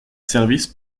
services